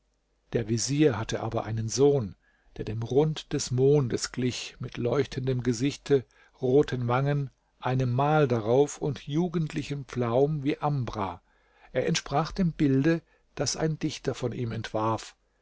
der vezier hatte aber einen sohn der dem rund des mondes glich mit leuchtendem gesichte roten wangen einem mal darauf und jugendlichem flaum wie ambra er entsprach dem bilde das ein dichter von ihm entwarf